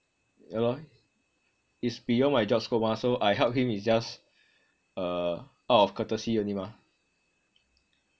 yah lor is beyond my job scope mah so I help him is uh out of courtesy only mah